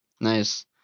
Nice